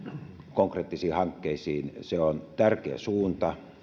konkreettisiin hankkeisiin on tärkeä suunta